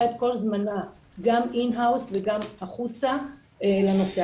את כל זמנה גם אין-האוס וגם החוצה לנושא,